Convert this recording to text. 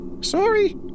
sorry